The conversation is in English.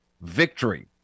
victory